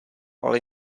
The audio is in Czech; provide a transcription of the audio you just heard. ale